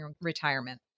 retirement